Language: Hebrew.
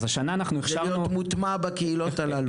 זה להיות מוטמע בקהילות הללו.